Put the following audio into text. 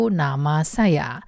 namasaya